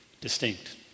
distinct